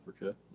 africa